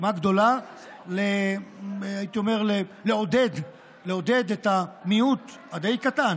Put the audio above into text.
משימה גדולה, הייתי אומר, לעודד את המיעוט הדי-קטן